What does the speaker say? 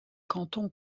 cantons